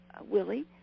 Willie